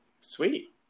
Sweet